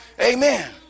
Amen